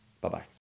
Bye-bye